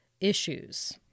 issues